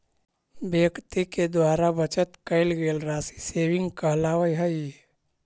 व्यक्ति के द्वारा बचत कैल गेल राशि सेविंग कहलावऽ हई